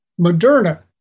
Moderna